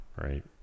Right